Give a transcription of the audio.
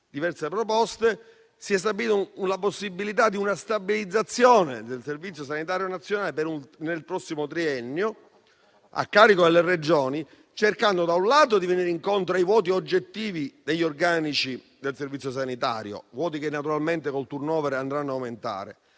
si è stabilita la possibilità di una stabilizzazione del personale del Servizio sanitario nazionale nel prossimo triennio a carico delle Regioni, cercando, da un lato, di venire incontro ai vuoti oggettivi degli organici del Servizio sanitario che naturalmente col *turnover* andranno a aumentare;